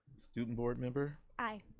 student board member? aye.